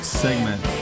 segment